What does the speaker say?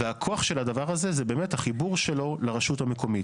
הכוח של הדבר הזה זה באמת החיבור שלו לרשות המקומית.